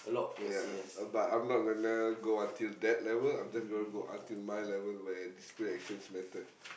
ya but I'm not gonna go until that level I'm just gonna go until my level where discipline actions mattered